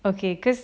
okay cause